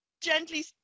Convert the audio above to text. gently